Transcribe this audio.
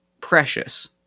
Precious